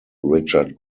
richard